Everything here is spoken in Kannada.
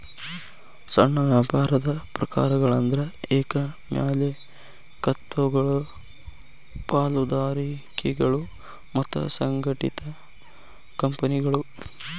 ಸಣ್ಣ ವ್ಯಾಪಾರದ ಪ್ರಕಾರಗಳಂದ್ರ ಏಕ ಮಾಲೇಕತ್ವಗಳು ಪಾಲುದಾರಿಕೆಗಳು ಮತ್ತ ಸಂಘಟಿತ ಕಂಪನಿಗಳು